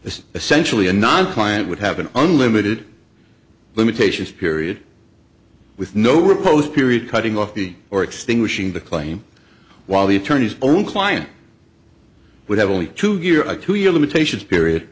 is essentially a non client would have an unlimited limitations period with no riposte period cutting off the or extinguishing the claim while the attorney's own client would have only two year a two year limitations period